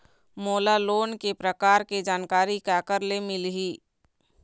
मोला लोन के प्रकार के जानकारी काकर ले मिल ही?